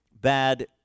bad